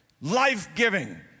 life-giving